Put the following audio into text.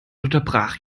unterbrach